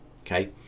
okay